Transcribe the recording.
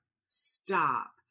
Stop